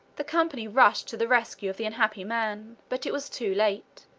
the company rushed to the rescue of the unhappy man, but it was too late.